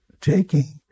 taking